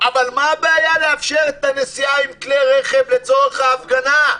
אבל מה הבעיה לאפשר נסיעה עם כלי רכב לצורך הפגנה?